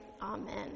Amen